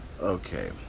Okay